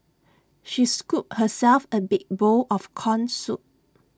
she scooped herself A big bowl of Corn Soup